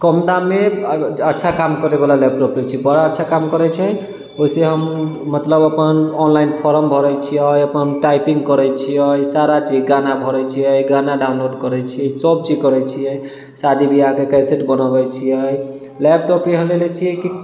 कम दाममे अच्छा काम करैवला लैपटॉप लेने छी बड़ा अच्छा काम करै छै ओहिसँ हम मतलब अपन ऑनलाइन फॉर्म भरै छियै अपन टाइपिंग करै छियै सारा चीज गाना भरै छियै गाना डाउनलोड करै छियै सब चीज करै छियै शादी ब्याहके कैसेट बनबै छियै लैपटॉप एहि लेल लेने छियै कि